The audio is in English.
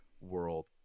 world